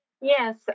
Yes